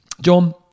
John